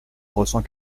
ressens